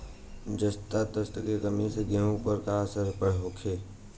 जस्ता तत्व के कमी से गेंहू पर का असर होखे?